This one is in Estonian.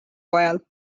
ajal